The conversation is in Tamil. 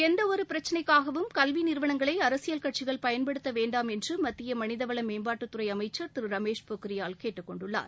எந்த ஒரு பிரச்சினைக்காகவும் கல்வி நிறுவனங்களை அரசியல் கட்சிகள் பயன்படுத்த வேண்டாம் என்று மத்திய மனிதவள மேம்பாட்டுத்துறை அமைச்சர் திரு ரமேஷ் பொக்ரியால் கேட்டுக் கொண்டுள்ளார்